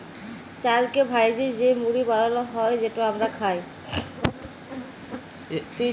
চালকে ভ্যাইজে যে মুড়ি বালাল হ্যয় যেট আমরা খাই